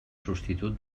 substitut